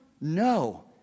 No